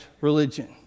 religion